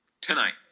Tonight